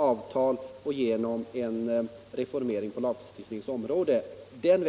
avtal och reformering på lagstiftningens område. Den